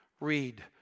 read